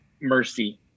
mercy